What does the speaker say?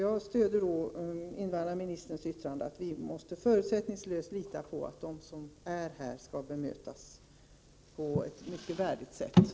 Jag instämmer i invandrarministerns yttrande att vi förutsättningslöst måste lita på de människor som har kommit hit och att de skall bemötas på ett mycket värdigt sätt.